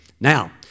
Now